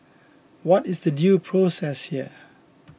what is the due process here